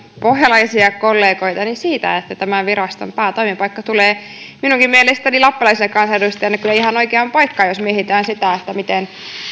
pohjalaisia kollegoitani siitä että tämän viraston päätoimipaikka tulee minunkin mielestäni lappilaisena kansanedustajana kyllä ihan oikeaan paikkaan jos mietitään sitä miten